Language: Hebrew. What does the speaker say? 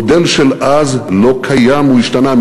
המודל של אז לא קיים, הוא השתנה.